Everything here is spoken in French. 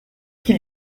qu’il